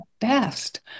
best